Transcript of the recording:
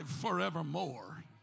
forevermore